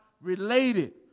related